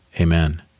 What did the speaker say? Amen